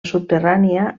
subterrània